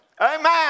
Amen